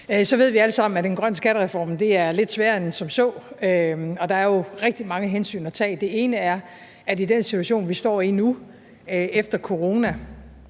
Så ved vi alle sammen, at en grøn skattereform er lidt sværere at lave end som så, og der er jo rigtig mange hensyn at tage. Det ene er, at i den situation, vi står i nu efter corona